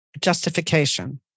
Justification